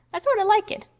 i sorter like it.